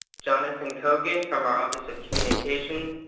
jonathan cogan from our office of communications,